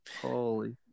Holy